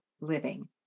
Living